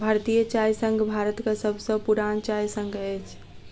भारतीय चाय संघ भारतक सभ सॅ पुरान चाय संघ अछि